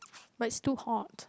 but it's too hot